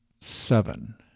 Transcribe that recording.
seven